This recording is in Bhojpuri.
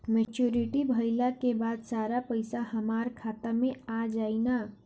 मेच्योरिटी भईला के बाद सारा पईसा हमार खाता मे आ जाई न?